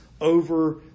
over